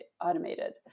automated